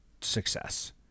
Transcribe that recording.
success